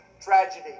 tragedy